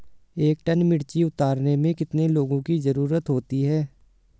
एक टन मिर्ची उतारने में कितने लोगों की ज़रुरत होती है?